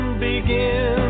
begin